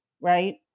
right